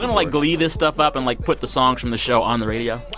um like, glee this stuff up and, like, put the songs from the show on the radio?